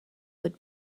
would